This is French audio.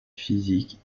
physiques